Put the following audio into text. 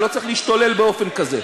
שלא צריך להשתולל באופן כזה,